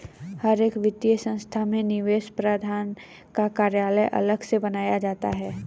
हर एक वित्तीय संस्था में निवेश प्रबन्धन का कार्यालय अलग से बनाया जाता है